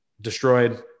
destroyed